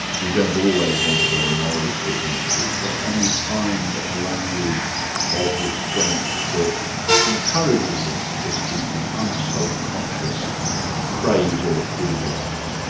we don't always want a very moralistic language, but can we find a language of restraint that encourages us to speak in unselfconscious praise or approval of it?